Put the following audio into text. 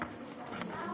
סגן השר.